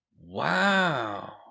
Wow